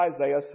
Isaiah